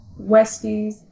Westies